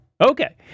Okay